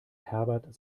herbert